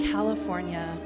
California